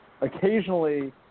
Occasionally